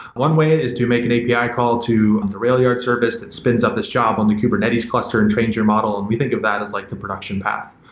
one way is to make an api call to and the railyard surface that spins up this job on the kubernetes cluster and trained you model, and we think of that as like the production path.